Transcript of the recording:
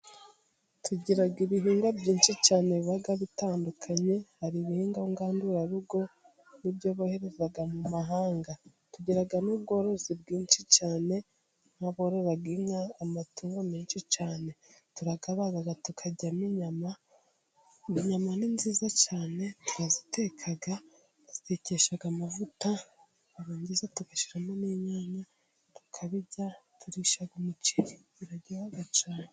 Tugira ibihingwa byinshi cyane biba bitandukanye hari ibihingwa ngandurarugo n'ibyo bohereza mu mahanga. Tugira n'ubworozi bwinshi cyane n'aborora inka amatungo menshi cyane turayabaga tukaryamo inyama, inyama ni nziza cyane turaziteka tukazitekesha amavuta twarangiza tugashyiramo n'inyanya tukabirya, turisha umuceri biraryoha cyane.